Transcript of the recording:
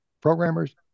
programmers